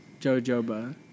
Jojoba